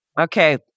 Okay